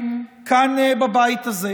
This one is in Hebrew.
בבית הזה.